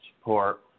support